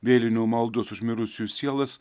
vėlinių maldos už mirusiųjų sielas